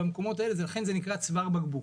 לכן זה נקרא צוואר בקבוק.